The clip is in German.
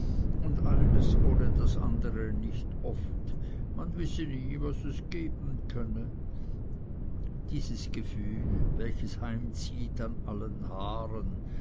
und eins ohne das andere nicht oft man wisse nie was es geben könne dieses gefühl welches heimzieht an allen haaren